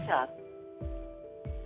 up